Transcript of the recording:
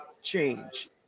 change